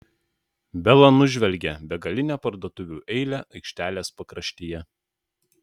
bela nužvelgė begalinę parduotuvių eilę aikštelės pakraštyje